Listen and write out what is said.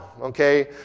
okay